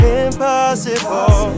impossible